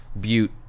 butte